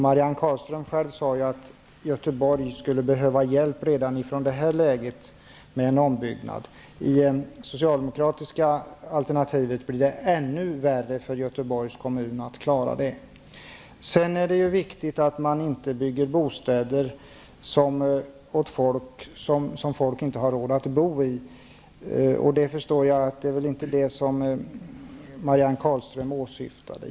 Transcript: Marianne Carlström sade själv att Göteborg redan i det här läget skulle behöva hjälp med ombyggnader. I det socialdemokratiska alternativet blir det ännu svårare för Göteborgs kommun att klara det. Det är viktigt att man inte bygger bostäder som folk inte har råd att bo i, men det var väl inte det som Marianne Carlström åsyftade.